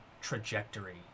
trajectory